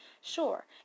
Sure